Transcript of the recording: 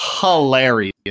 hilarious